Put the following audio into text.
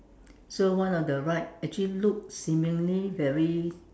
so one of the rides actually looks seemingly very